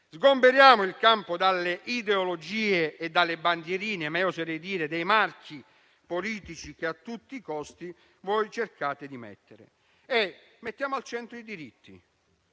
sgomberiamo il campo dalle ideologie e dalle bandierine - oserei dire dai marchi politici che a tutti i costi cercate di imprimere - e mettiamo al centro i diritti.